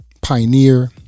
Pioneer